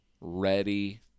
ready